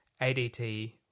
ADT